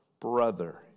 brother